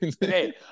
Hey